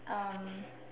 um